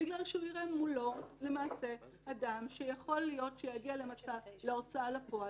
בגלל שהוא יראה מולו אדם שיכול להיות שיגיע להוצאה לפועל,